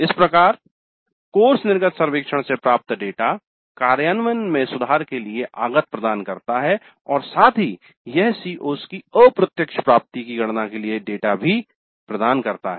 इस प्रकार कोर्स निर्गत सर्वेक्षण से प्राप्त डेटा कार्यान्वयन में सुधार के लिए आगत इनपुट प्रदान करता है और साथ ही यह CO's की अप्रत्यक्ष प्राप्ति की गणना के लिए डेटा भी प्रदान करता है